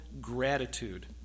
gratitude